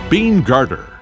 BeanGarter